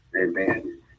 Amen